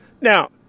Now